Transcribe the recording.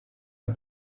are